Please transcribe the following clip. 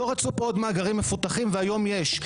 לא רצו פה עוד מאגרים מפותחים והיום יש.